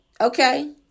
Okay